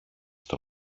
στο